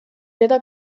teda